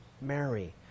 mary